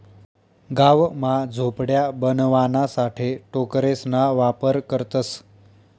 गाव मा झोपड्या बनवाणासाठे टोकरेसना वापर करतसं